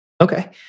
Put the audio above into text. Okay